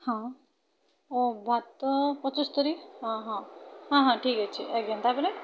ହଁ ଓ ଭାତ ପଞ୍ଚସ୍ତରୀ ହଁ ହଁ ହଁ ହଁ ଠିକ୍ ଅଛି ଆଜ୍ଞା ତା'ପରେ